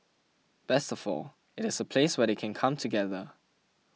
best of all it is a place where they can come together